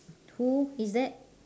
who is that